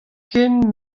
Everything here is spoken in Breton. ken